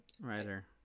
writer